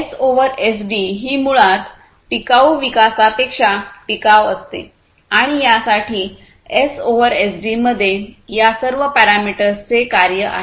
S over SD ही मुळात टिकाऊ विकासापेक्षा टिकाव असते आणि यासाठी एस ओव्हर एसडीमध्ये या सर्व पॅरामीटर्सचे कार्य आहे